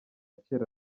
kera